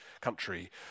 country